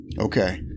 Okay